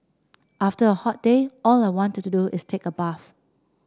after a hot day all I wanted to do is take a bath